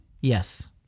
Yes